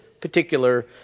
particular